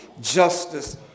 justice